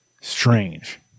strange